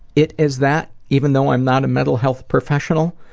it as that, even though i'm not a mental health professional,